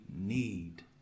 need